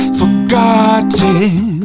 forgotten